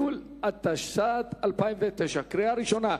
(ביטול), התשס"ט 2009, קריאה ראשונה.